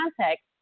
context